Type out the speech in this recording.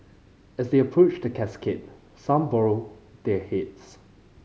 as they approached the casket some borrow their heads